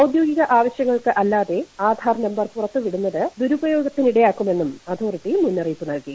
ഔദ്യോഗിക ആവശ്യങ്ങൾക്ക് അല്ലാതെ ആധാർ നമ്പർ പുറത്തുവിടുന്നത് ദുരുപയോഗത്തിനിടയാക്കുമെന്നും അതോറിറ്റി മുന്നറിയിപ്പ് നൽകി